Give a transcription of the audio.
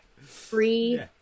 Free